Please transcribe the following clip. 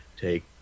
take